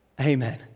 Amen